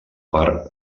per